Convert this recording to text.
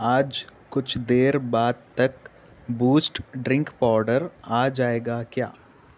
آج کچھ دیر بعد تک بوسٹ ڈرنک پاؤڈر آ جائے گا کیا